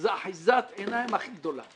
זאת אחיזת עיניים הכי גדולה.